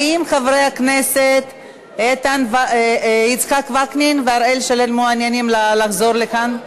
האם חברי הכנסת יצחק וקנין ושרן השכל מעוניינים לחזור לכאן?